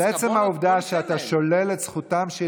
אבל עצם העובדה שאתה שולל את זכותם של